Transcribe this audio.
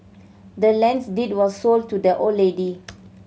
the land's deed was sold to the old lady